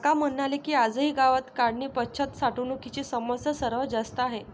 काका म्हणाले की, आजही गावात काढणीपश्चात साठवणुकीची समस्या सर्वात जास्त आहे